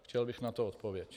Chtěl bych na to odpověď.